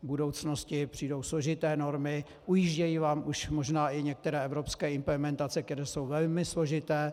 V budoucnosti přijdou složité normy, ujíždějí vám už možná i některé evropské implementace, které jsou velmi složité.